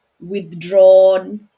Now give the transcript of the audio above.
withdrawn